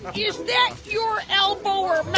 is that your elbow or